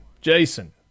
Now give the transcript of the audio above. Jason